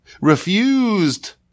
refused